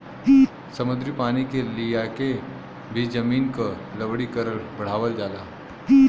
समुद्री पानी के लियाके भी जमीन क लवणीकरण बढ़ावल जाला